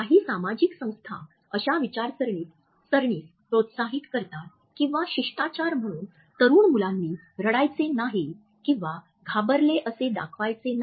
काही सामाजिक संस्था अश्या विचारसरणीस प्रोत्साहित करतात किंवा शिष्टाचार म्हणून तरुण मुलांनी रडायचे नाही किंवा घाबरले असे दाखवायचे नाही